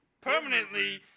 permanently